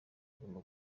guma